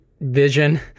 vision